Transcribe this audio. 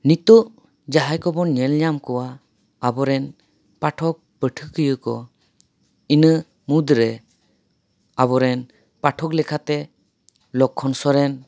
ᱱᱤᱛᱚᱜ ᱡᱟᱦᱟᱸᱭ ᱠᱚᱵᱚᱱ ᱧᱮᱞ ᱧᱟᱢ ᱠᱚᱣᱟ ᱟᱵᱚᱨᱮᱱ ᱯᱟᱴᱷᱚᱠ ᱯᱟᱹᱴᱷᱚᱹᱠᱤᱭᱟᱹ ᱠᱚ ᱤᱱᱟᱹ ᱢᱩᱫᱽ ᱨᱮ ᱟᱵᱚᱨᱮᱱ ᱯᱟᱴᱷᱚᱠ ᱞᱮᱠᱟᱛᱮ ᱞᱚᱠᱠᱷᱚᱱ ᱥᱚᱨᱮᱱ